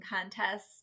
contest